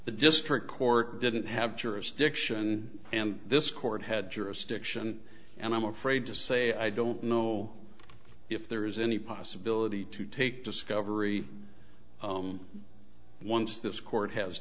the district court didn't have jurisdiction and this court had jurisdiction and i'm afraid to say i don't know if there is any possibility to take discovery once this court has